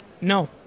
No